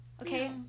okay